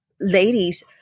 ladies